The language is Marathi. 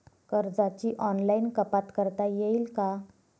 कर्जाची ऑनलाईन कपात करता येईल का?